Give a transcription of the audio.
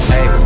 Hey